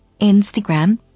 Instagram